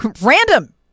random